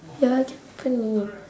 ya I can't open it